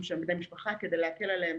שהם בני משפחה כדי להקל עליהם.